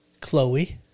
Chloe